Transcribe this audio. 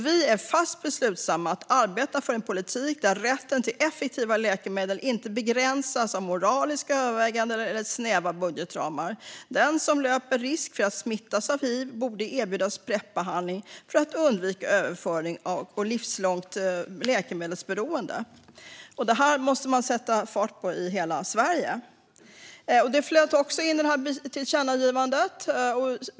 Vi är fast beslutna att arbeta för en politik där rätten till effektiva läkemedel inte begränsas av moraliska överväganden eller snäva budgetramar. Den som löper risk att smittas av hiv borde erbjudas Prepbehandling för att undvika överföring och livslångt läkemedelsberoende. Detta måste man sätta fart på i hela Sverige, och det flöt också in i det här tillkännagivandet.